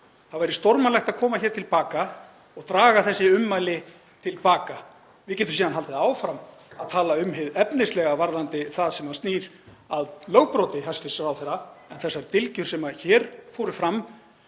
Það væri stórmannlegt að koma til baka og draga þessi ummæli til baka. Við getum síðan haldið áfram að tala um hið efnislega varðandi það sem snýr að lögbroti hæstv. ráðherra. Þessar dylgjur sem hér fóru fram